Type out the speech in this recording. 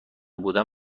بودن